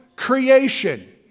creation